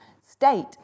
state